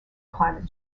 climate